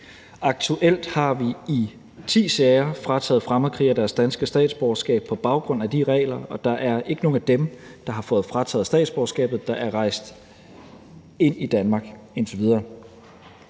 Aktuelt har vi i ti sager frataget fremmedkrigere deres danske statsborgerskab på baggrund af de regler, og der er ikke nogen af dem, der har fået frataget statsborgerskabet, der er rejst ind i Danmark, indtil videre.